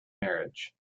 marriage